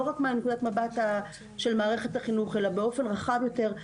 לא רק מנקודת המבט של מערכת החינוך אלא באופן רחב יותר,